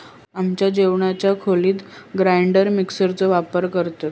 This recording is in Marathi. आमच्या जेवणाच्या खोलीत ग्राइंडर मिक्सर चो वापर करतत